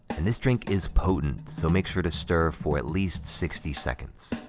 and this drink is potent, so make sure to stir for at least sixty seconds.